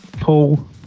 Paul